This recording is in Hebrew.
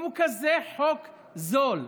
אם הוא כזה חוק זול?